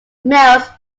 males